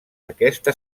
aquesta